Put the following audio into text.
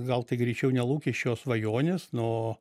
gal tai greičiau ne lūkesčiai o svajonės no